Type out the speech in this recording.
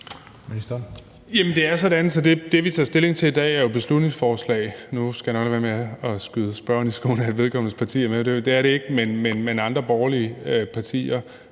Det er sådan, at det, vi tager stilling til i dag, er et beslutningsforslag – nu skal jeg nok lade være med at skyde spørgeren i skoen, at vedkommendes parti er med; det er det ikke, men det er andre borgerlige partier